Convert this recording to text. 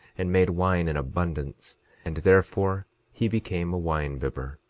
and made wine in abundance and therefore he became a wine-bibber,